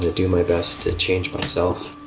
do my best to change myself.